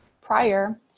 prior